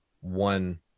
one